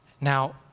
Now